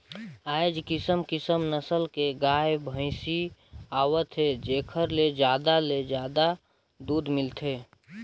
आयज किसम किसम नसल के गाय, भइसी आत हे जेखर ले जादा ले जादा दूद मिलथे